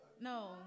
no